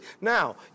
Now